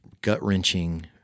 gut-wrenching